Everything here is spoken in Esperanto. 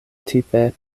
tipe